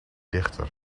dichter